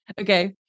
Okay